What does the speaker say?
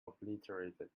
obliterated